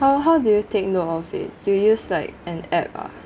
how how do you take note of it you use like an app ah